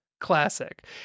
Classic